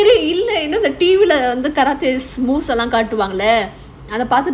you know the T_V lah karate moves காட்டுவாங்கல:kaatuvaangala leh